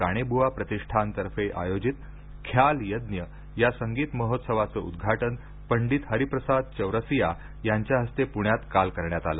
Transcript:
काणेबुवा प्रतिष्ठानतर्फे आयोजित ख्याल यज्ञ या संगीत महोत्सवाच उद्घाटन पंडित हरिप्रसाद चौरसिया यांच्या हस्ते पुण्यात काल करण्यात आलं